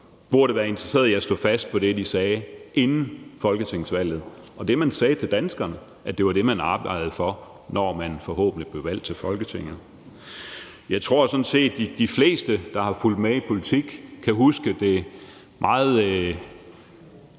burde være interesseret i at stå fast på det, de sagde inden folketingsvalget. Det, man sagde til danskerne, var, at det var det, man arbejdede for, når man forhåbentlig blev valgt til Folketinget. Jeg tror sådan set, at de fleste, der har fulgt med i politik, kan huske det meget